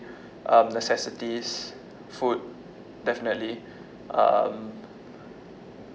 um necessities food definitely um